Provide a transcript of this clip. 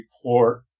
report